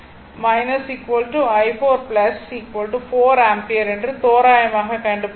எனவே i i4 i4 4 ampere என்று தோராயமாக கண்டுபிடிப்போம்